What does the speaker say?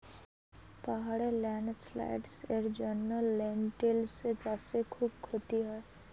পাহাড়ে ল্যান্ডস্লাইডস্ এর জন্য লেনটিল্স চাষে খুব ক্ষতি হয়